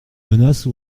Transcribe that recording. menace